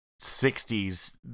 60s